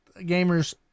gamers